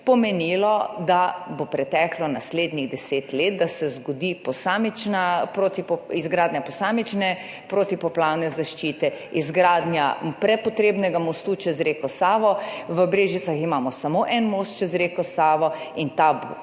pomenilo, da bo preteklo naslednjih 10 let, da se zgodi posamična izgradnja posamične protipoplavne zaščite, izgradnja prepotrebnega mostu čez reko Savo, v Brežicah imamo samo en most čez reko Savo in ta bo